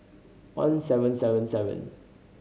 one seven seven seven